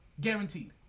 Guaranteed